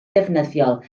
ddefnyddiol